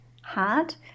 hard